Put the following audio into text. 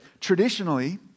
traditionally